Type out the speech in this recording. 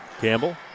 Campbell